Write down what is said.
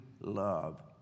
love